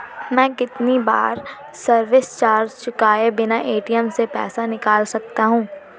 मैं कितनी बार सर्विस चार्ज चुकाए बिना ए.टी.एम से पैसे निकाल सकता हूं?